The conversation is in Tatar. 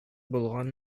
булган